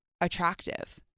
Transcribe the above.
attractive